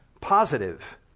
positive